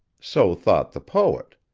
so thought the poet.